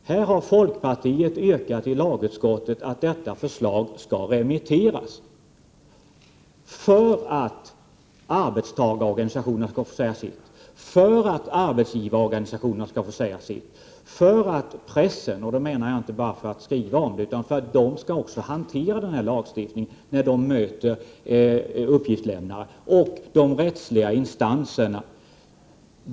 Folkpartiet har i lagutskottet yrkat att detta förslag skall remitteras för att arbetstagarorganisationerna och arbetsgivarorganisationerna skall få säga sitt, liksom pressens företrädare — inte bara för att skriva om detta, för de skall också hantera den här lagstiftningen när de möter uppgiftslämnare — och de rättsliga instanserna.